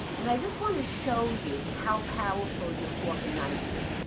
and i just want to show you how powerful your fork and knife is.